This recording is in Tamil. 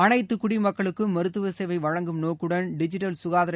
அனைத்து குடிமக்களுக்கும் மருததுவ சேவை வழங்கும் நோக்குடன் டிஜிட்டல் சுகாதார